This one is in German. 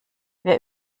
wer